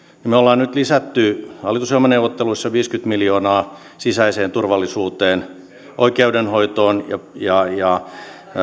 me olemme nyt lisänneet hallitusohjelmaneuvotteluissa viisikymmentä miljoonaa sisäiseen turvallisuuteen oikeudenhoitoon ja ja